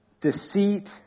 deceit